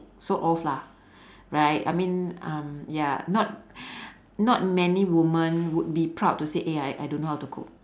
sort of lah right I mean um ya not not many woman would be proud to say eh I I don't know how to cook